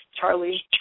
Charlie